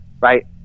right